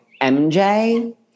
MJ